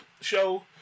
show